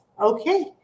Okay